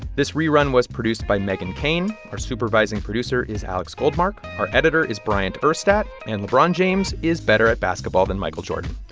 this rerun was produced by meghan keane. our supervising producer is alex goldmark. our editor is bryant urstadt. and lebron james is better at basketball than michael jordan.